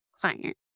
client